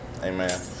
Amen